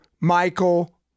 Michael